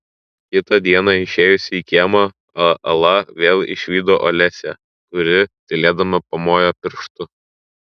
kitą dieną išėjusi į kiemą ala vėl išvydo olesią kuri tylėdama pamojo pirštu